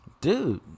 Dude